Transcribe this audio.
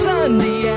Sunday